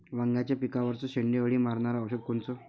वांग्याच्या पिकावरचं शेंडे अळी मारनारं औषध कोनचं?